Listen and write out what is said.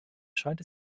scheint